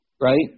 right